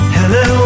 Hello